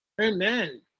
amen